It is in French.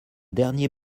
dernier